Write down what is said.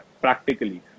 Practically